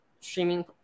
streaming